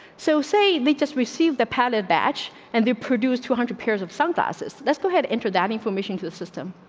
so say they just received the padded batch and they produced two hundred pairs of sunglasses. let's go ahead, interred at information to the system.